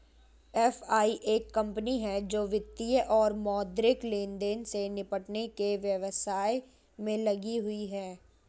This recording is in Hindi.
एफ.आई एक कंपनी है जो वित्तीय और मौद्रिक लेनदेन से निपटने के व्यवसाय में लगी हुई है